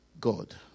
god